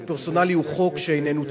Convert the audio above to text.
חוק פרסונלי הוא חוק שאיננו צודק.